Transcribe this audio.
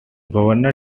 governor